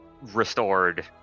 restored